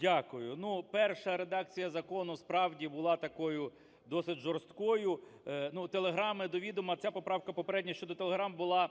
Дякую. Ну, перша редакція закону, справді, була такою, досить жорсткою. Ну, телеграми до відома - ця поправка попередня щодо телеграм була